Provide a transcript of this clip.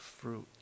fruit